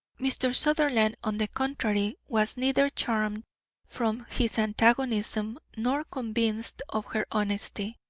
mr. sutherland, on the contrary, was neither charmed from his antagonism nor convinced of her honesty.